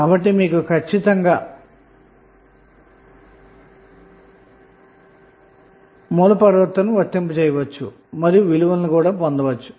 కాబట్టి మీకు ఖచ్చితంగా తెలిసినప్పుడు సోర్స్ ట్రాన్సఫార్మషన్ వర్తింపజేసి విలువను పొందవచ్చు